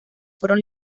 fueron